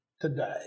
today